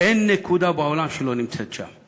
אין נקודה בעולם שלא נמצאת שם.